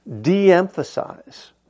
de-emphasize